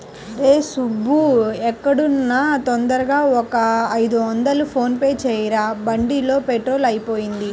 రేయ్ సుబ్బూ ఎక్కడున్నా తొందరగా ఒక ఐదొందలు ఫోన్ పే చెయ్యరా, బండిలో పెట్రోలు అయిపొయింది